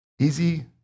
Easy